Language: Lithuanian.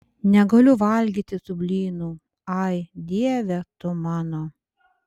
negaliu valgyti tų blynų ai dieve tu mano